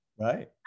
Right